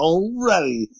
already